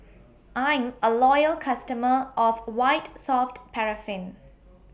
I'm A Loyal customer of White Soft Paraffin